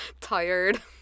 Tired